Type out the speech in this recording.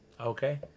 Okay